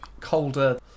colder